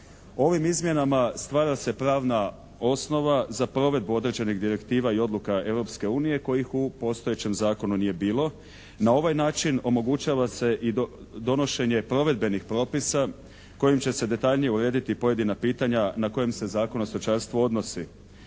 Ovim izmjenama stvara se pravna osnova za provedbu određenih direktiva i odluka Europske unije kojih u postojećem zakonu nije bilo. Na ovaj način omogućava se i donošenje provedbenih propisa kojim će se detaljnije urediti pojedina pitanja na kojem se Zakon o stočarstvu odnosi.